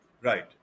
Right